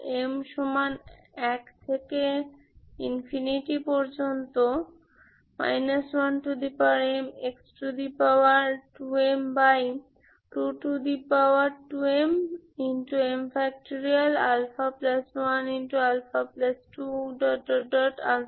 1 2m এটাই তোমার আছে